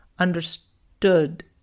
understood